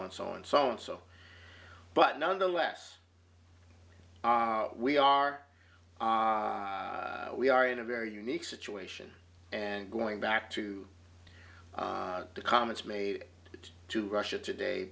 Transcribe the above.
on so and so and so but nonetheless we are we are in a very unique situation and going back to the comments made it to russia today